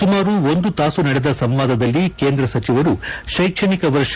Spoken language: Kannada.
ಸುಮಾರು ಒಂದು ತಾಸು ನಡೆದ ಸಂವಾದದಲ್ಲಿ ಕೇಂದ್ರ ಸಚಿವರು ಕೆಕ್ಷಣಿಕ ವರ್ಷ